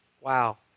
Wow